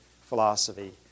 philosophy